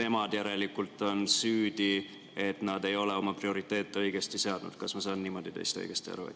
nemad järelikult on süüdi, et nad ei ole oma prioriteete õigesti seadnud? Kas ma saan teist õigesti aru?